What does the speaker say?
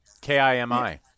K-I-M-I